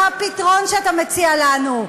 מה הפתרון שאתה מציע לנו,